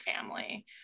family